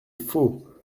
faux